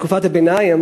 בתקופת ימי הביניים,